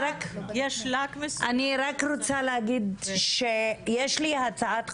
יש לק מסוים --- אני רק רוצה להגיד שיש לי הצעת חוק,